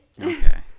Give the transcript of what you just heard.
Okay